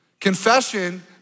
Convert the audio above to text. Confession